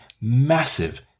massive